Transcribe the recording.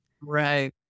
Right